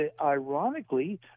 ironically